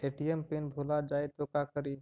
ATM PIN भुला जाए तो का करी?